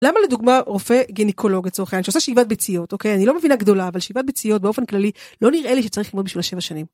למה לדוגמה רופא גניקולוג, לצורך העניין שעושה שאיבת ביציות, אוקיי? אני לא מבינה גדולה, אבל שאיבת ביציות באופן כללי לא נראה לי שצריך ללמוד בשבילה שבע שנים.